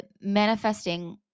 manifesting